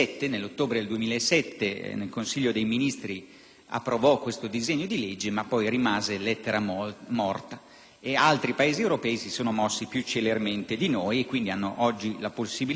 nell'ottobre 2007, che però poi rimase lettera morta. Altri Paesi europei si sono mossi più celermente di noi e hanno oggi la possibilità di identificare un maggior numero di autori del reato.